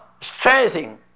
stressing